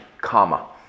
comma